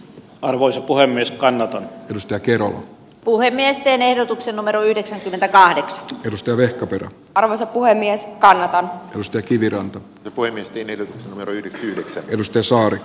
arvoisa puhemies kannata pystyä kiroilun puhemiesten ehdotuksen numero yhdeksänkymmentäkahdeksan steve opel corsa puhemies kanada pystyi kiviranta poimittiin eri alojen edustan saari